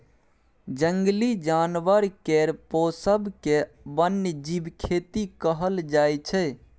जंगली जानबर केर पोसब केँ बन्यजीब खेती कहल जाइ छै